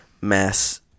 mass